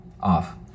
off